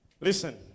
Listen